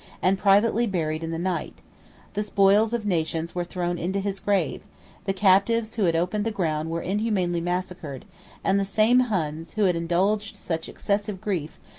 and privately buried in the night the spoils of nations were thrown into his grave the captives who had opened the ground were inhumanly massacred and the same huns, who had indulged such excessive grief,